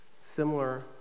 Similar